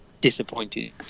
disappointed